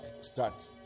start